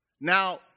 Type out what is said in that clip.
Now